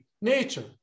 nature